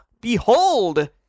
Behold